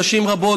נשים רבות,